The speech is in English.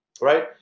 Right